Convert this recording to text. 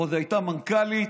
עוד הייתה מנכ"לית